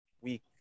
week